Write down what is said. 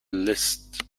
list